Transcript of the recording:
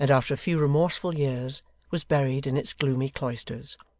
and after a few remorseful years was buried in its gloomy cloisters.